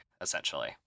essentially